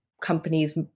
companies